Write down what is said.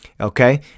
Okay